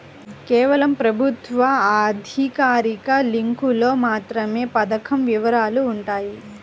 కేవలం ప్రభుత్వ అధికారిక లింకులో మాత్రమే పథకం వివరాలు వుంటయ్యి